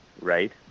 right